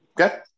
Okay